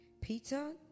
Peter